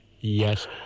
Yes